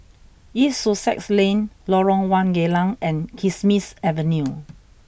East Sussex Lane Lorong one Geylang and Kismis Avenue